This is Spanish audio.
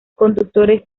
conductores